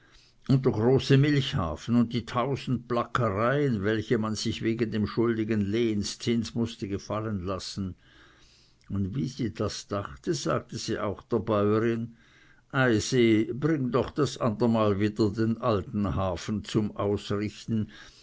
und der große milchhafen und die tausend plackereien welche man sich wegen dem schuldigen lehenzins mußte gefallen lassen und wie sie das dachte sagte sie auch der bäuerin eisi bring doch das ander mal wieder den alten hafen zum ausrichten